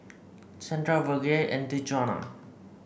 Santa Virge and Djuana